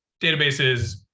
databases